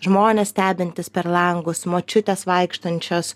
žmonės stebintys per langus močiutės vaikštančios